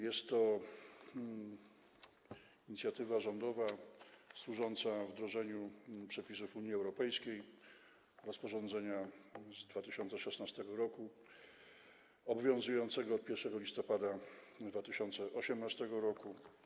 Jest to inicjatywa rządowa służąca wdrożeniu przepisów Unii Europejskiej, rozporządzenia z 2016 r. obowiązującego od 1 listopada 2018 r.